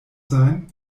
sein